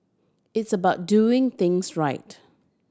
it's about doing things right